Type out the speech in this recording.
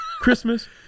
Christmas